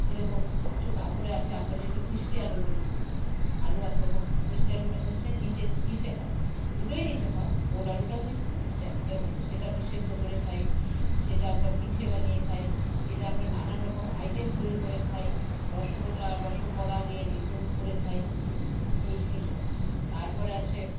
এরকম তারপরে আছে আমরা যে কে মিষ্টি আলু বলি আলু একরকম মিষ্টি আলুটা হচ্ছে নিচে নিচে হয় দুটোই নিচে হয় গোল আলুটাও নিচে হয় মিষ্টি আলুটাও নিচে সেটা আমরা সেদ্ধ করে খাই সেটা আমরা পিঠে বানিয়ে খাই সেটা আমরা নানান রকম আইটেম তৈরি করে খাই রসগোল্লা রস বড়া দিয়ে এইগুলো করে খাই এই এই সব তারপরে আছে